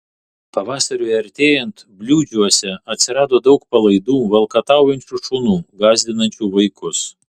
pavasariui artėjant bliūdžiuose atsirado daug palaidų valkataujančių šunų gąsdinančių vaikus